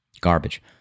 Garbage